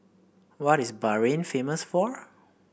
what is Bahrain famous for